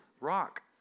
rock